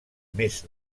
més